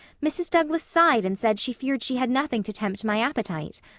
mrs. douglas sighed and said she feared she had nothing to tempt my appetite.